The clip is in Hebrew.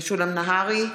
משולם נהרי.